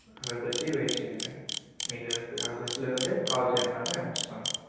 అక్కడకొచ్చి wait చెయ్యండి మీకు తెలుస్తుంది అక్కడకొచ్చి లేదంటే కాల్ చెయ్యండి నాకు నేనొస్తాను